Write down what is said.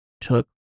took